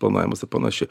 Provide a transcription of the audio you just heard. planavimas ir panašiai